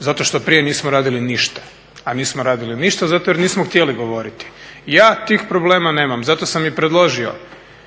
zato što prije nismo radili ništa, a nismo radili ništa zato jer nismo htjeli govoriti. Ja tih problema nemam. Zato sam i predložio,